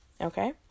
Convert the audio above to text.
Okay